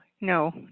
no